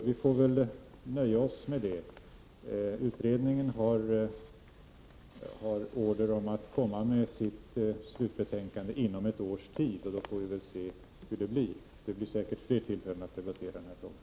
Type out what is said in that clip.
Vi får väl nöja oss med detta. Utredningen har order om att komma med sitt slutbetänkande inom ett år. Då får vi se hur det blir. Det kommer säkert fler tillfällen att debattera den här frågan.